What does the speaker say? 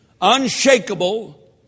unshakable